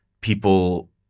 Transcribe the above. people